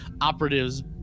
operatives